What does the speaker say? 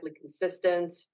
consistent